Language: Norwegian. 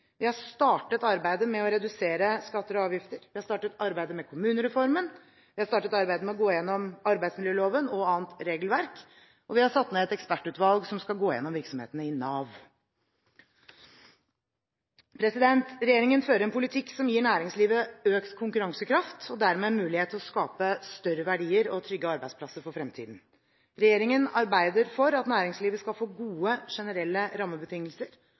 Vi har startet arbeidet med å redusere skatter og avgifter, vi har startet arbeidet med kommunereformen, vi har startet arbeidet med å gå igjennom arbeidsmiljøloven og annet regelverk, og vi har satt ned et ekspertutvalg som skal gå igjennom virksomheten i Nav. Regjeringen fører en politikk som gir næringslivet økt konkurransekraft og dermed mulighet til å skape større verdier og trygge arbeidsplasser for fremtiden. Regjeringen arbeider for at næringslivet skal få gode, generelle rammebetingelser,